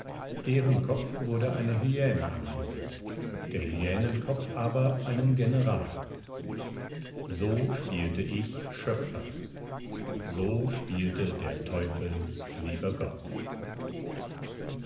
deren kopf wurde einer hyäne angesetzt der hyänenkopf aber einem general so spielte ich schöpfer so spielte der teufel lieber gott